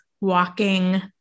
walking